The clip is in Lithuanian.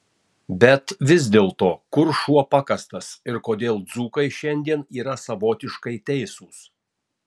bet vis dėlto kur šuo pakastas ir kodėl dzūkai šiandien yra savotiškai teisūs